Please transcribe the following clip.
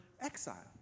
exile